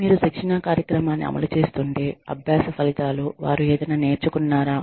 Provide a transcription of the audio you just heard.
మీరు శిక్షణా కార్యక్రమాన్ని అమలు చేస్తుంటే అభ్యాస ఫలితాలు వారు ఏదైనా నేర్చుకున్నారా